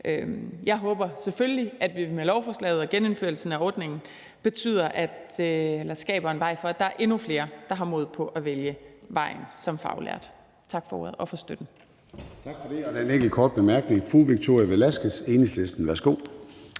Jeg håber selvfølgelig, at vi med lovforslaget og genindførelsen af ordningen skaber en vej for, at der er endnu flere, der har mod på at vælge vejen som faglært. Tak for ordet og for støtten.